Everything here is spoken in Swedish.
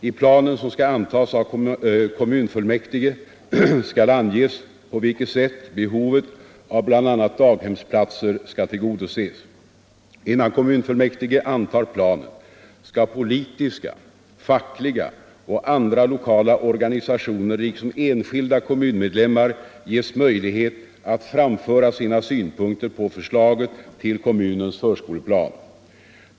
I planen, som skall antas av kommunfullmäktige, skall anges på vilket sätt behovet av bl.a. daghemsplatser skall tillgodoses. Innan kommunfullmäktige antar planen skall politiska, fackliga och andra lokala organisationer liksom enskilda kommunmedlemmar ges möjlighet att framföra sina synpunkter på förslaget till kommunens förskoleplan.